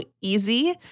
easy